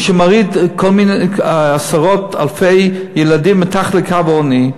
מוריד עשרות-אלפי ילדים מתחת לקו העוני.